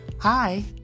Hi